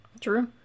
True